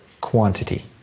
quantity